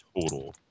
total